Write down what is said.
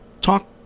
Talk